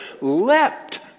leapt